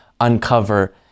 uncover